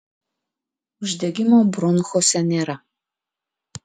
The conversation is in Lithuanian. uždegimo bronchuose nėra